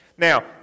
Now